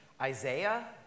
Isaiah